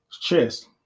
Chess